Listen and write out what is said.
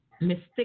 mystic